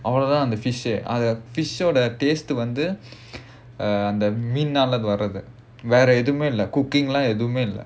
அதாவது அந்த:adhaavathu andha the fish அந்த:andha fish ஓட:oda taste வந்து மீனால வரது வேற எதுவுமே இல்ல:vandhu meenaala varathu vera edhuvumae illa cooking லாம் எதுவுமே இல்ல:laam edhuvumae illa